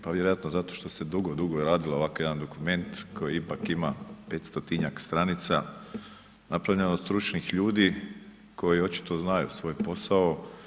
Pa vjerojatno zato što se dugo, dugo radilo ovako jedan dokument koji ipak ima 500-tinjak stranica, napravljen od stručnih ljudi koji očito znaju svoj posao.